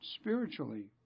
spiritually